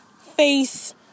face